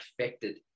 affected